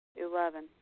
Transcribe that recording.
Eleven